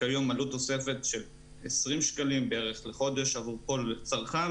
כיום עלות נוספת של כ-20 שקלים לחודש עבור כל צרכן,